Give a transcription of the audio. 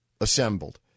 assembled